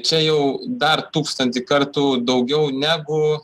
čia jau dar tūkstantį kartų daugiau negu